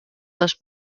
dos